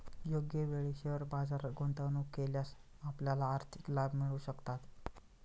योग्य वेळी शेअर बाजारात गुंतवणूक केल्यास आपल्याला आर्थिक लाभ मिळू शकतात